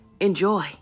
enjoy